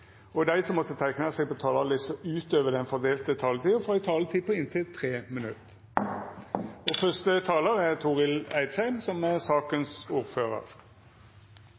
og dei som måtte teikna seg på talarlista utover den fordelte taletida, får ei taletid på inntil 3 minutt. Saken gjelder midlertidige endringer i smittevernloven for å gi forskriftshjemmel om hvor og hvordan personer som